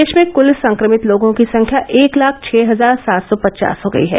देश में क्ल संक्रमित लोगों की संख्या एक लाख छह हजार सात सौ पचास हो गई है